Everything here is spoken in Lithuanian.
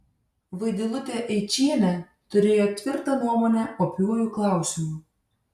vaidilutė eičienė turėjo tvirtą nuomonę opiuoju klausimu